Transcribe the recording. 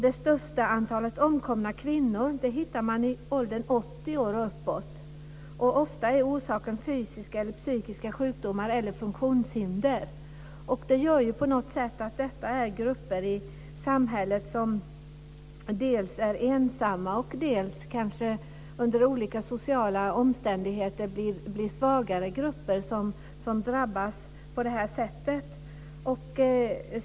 Det största antalet omkomna kvinnor finner man i åldersgruppen 80 år och uppåt. Ofta är orsaken fysiska eller psykiska sjukdomar eller funktionshinder. Det handlar här om grupper i samhället som är ensamma och som under olika sociala omständigheter blir svagare, som drabbas på detta sätt.